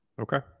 Okay